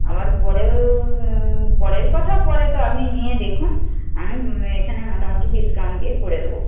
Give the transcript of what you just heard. আবার পরেও পরের কথা পরে তো আপনি নিয়ে দেখুন আমি এখানে মোটামুটি ডিসকাউন্ট দিয়ে করে দেবো